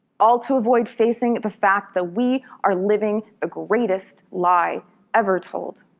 all to avoid facing the fact that we are living the greatest lie ever told.